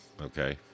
Okay